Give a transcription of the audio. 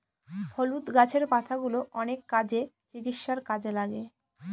হলুদ গাছের পাতাগুলো অনেক কাজে, চিকিৎসার কাজে লাগে